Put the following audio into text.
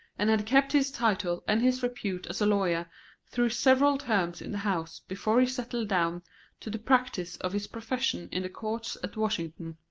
and had kept his title and his repute as a lawyer through several terms in the house before he settled down to the practice of his profession in the courts at washington,